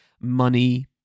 money